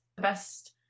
best